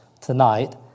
tonight